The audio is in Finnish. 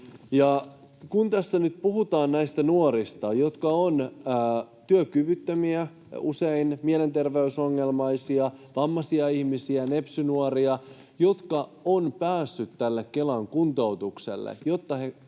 Huru. Tässä nyt puhutaan näistä nuorista, jotka ovat työkyvyttömiä, usein mielenterveysongelmaisia, vammaisia ihmisiä, nepsy-nuoria, jotka ovat päässeet tälle Kelan kuntoutukselle, jotta he